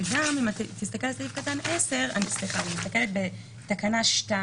וגם תסתכל על סעיף קטן (10) אני מסתכלת בתקנה 2(א),